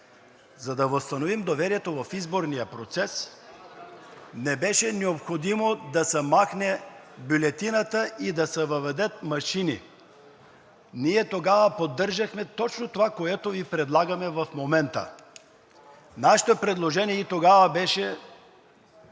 За да възстановим доверието в изборния процес, не беше необходимо да се махне бюлетината и да се въведат машини. Тогава ние поддържахме точно това, което предлагаме в момента. Нашето предложение и тогава беше